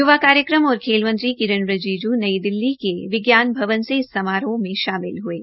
य्वा कार्यक्रम और खेल मत्री किरेन रिजिज् नई दिल्ली में किसान भवन से इस समारोह में शामिल हये